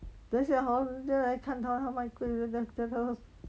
等下 hor 人家来看她她卖 kueh 人家叫他